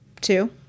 two